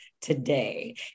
today